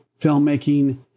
filmmaking